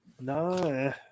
No